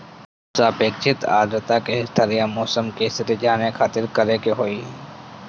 सापेक्षिक आद्रता के स्तर या मौसम के स्थिति जाने खातिर करे के होई?